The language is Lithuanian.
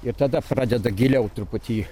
ir tada pradeda giliau truputį